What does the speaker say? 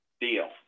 deal